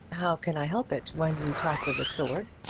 how can i help it when you talked of a sword?